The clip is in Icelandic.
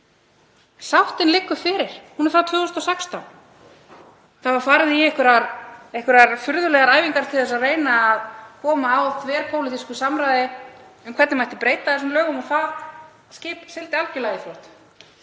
Sáttin liggur fyrir, hún er frá 2016. Það var farið í einhverjar furðulegar æfingar til þess að reyna að koma á þverpólitísku samráði um hvernig mætti breyta þessum lögum og það skip sigldi algjörlega í